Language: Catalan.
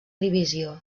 divisió